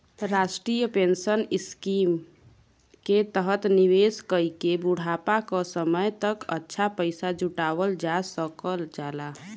राष्ट्रीय pension scheme के तहत निवेश कइके बुढ़ापा क समय तक अच्छा पैसा जुटावल जा सकल जाला